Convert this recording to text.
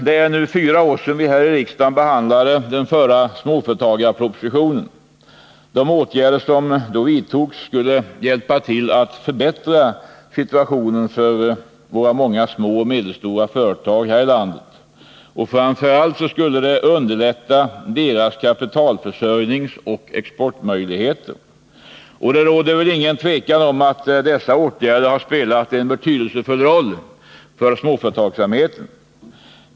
Det är nu fyra år sedan vi här i riksdagen behandlade den förra småföretagarpropositionen. De åtgärder som då vidtogs skulle hjälpa till att förbättra situationen för de många små och medelstora företagen här i landet och framför allt underlätta deras kapitalförsörjningsoch exportmöjligheter. Och det råder väl inget tvivel om att dessa åtgärder har spelat en betydelsefull roll för småföretagsamheten.